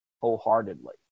wholeheartedly